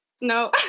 No